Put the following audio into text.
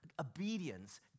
obedience